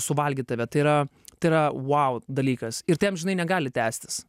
suvalgyt tave tai yra tai yra wow dalykas ir tai amžinai negali tęstis